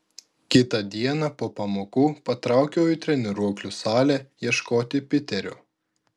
kitą dieną po pamokų patraukiau į treniruoklių salę ieškoti piterio